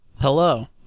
Hello